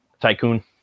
tycoon